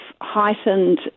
heightened